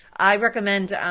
i recommend